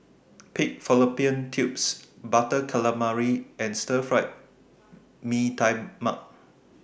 Pig Fallopian Tubes Butter Calamari and Stir Fried Mee Tai Mak